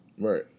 Right